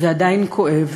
זה עדיין כואב